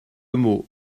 mot